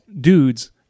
dudes